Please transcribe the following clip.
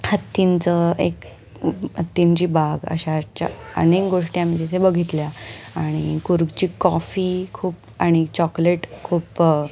हत्तींचं एक हत्तींची बाग अशा अनेक गोष्टी आमी तिथे बघितल्या आणि कूर्गची कॉफी खूप आणि चॉकलेट खूप